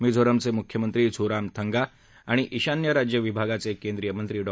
मिझोरमचे मुख्यमंत्री झोराम थंगा आणि ईशान्य राज्य विभागाचे केंद्रीय मंत्री डॉ